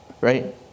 right